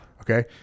Okay